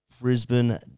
Brisbane